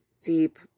deep